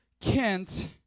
Kent